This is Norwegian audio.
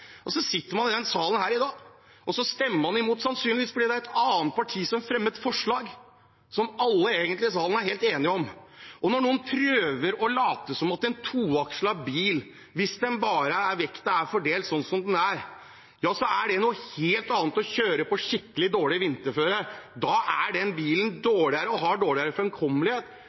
Og så sitter man i denne salen i dag og stemmer imot – sannsynligvis fordi det er et annen parti som fremmet forslag, som alle i salen egentlig er helt enig i. Når noen prøver å late som at en toakslet bil – hvis vekten bare er fordelt sånn og sånn; det er noe helt annet å kjøre på skikkelig dårlig vinterføre. Da er den bilen dårligere og har dårligere framkommelighet